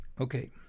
Okay